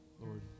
Lord